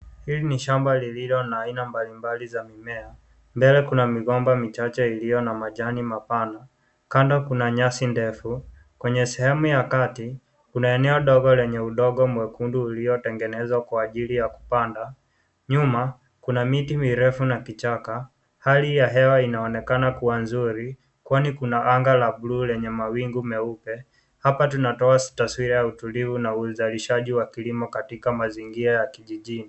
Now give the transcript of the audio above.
Hili ni shamba lililo na aina mbalimbali za mimea , mbele kuna migomba michache iliyo na majani mapana . Kando kuna nyasi ndefu , kwenye sehemu ya kati kuna eneo ndogo lenye udongo mwekundu uliotengenezwa kwa ajili ya kupanda . Nyuma kuna miti mirefu na kichaka . Hali ya hewa inaonekana kuwa nzuri kwani kuna anga la blu lenye mawingi meupe . Hapa tunatoa taswira ya utulivu na uuzalisahji wa kilimo katika mazingira ya kijijini.